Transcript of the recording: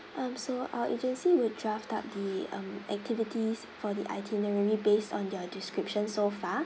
um so our agency will draft out the um activities for the itinerary based on your description so far